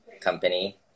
company